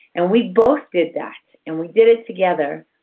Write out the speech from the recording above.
and we both did that. and we did it together.